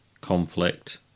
conflict